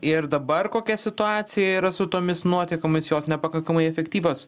ir dabar kokia situacija yra su tomis nuotekomis jos nepakankamai efektyvios